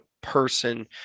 person